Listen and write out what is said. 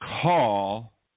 call